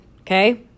Okay